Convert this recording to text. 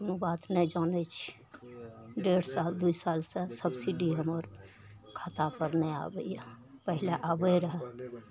ओ बात नहि जानै छी डेढ़ साल दुइ सालसे सब्सिडी हमर खातापर नहि आबैए पहिले आबै रहै